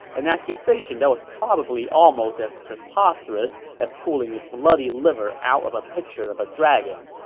an accusation that was probably almost as preposterous as pulling a bloody liver out of a picture of a dragon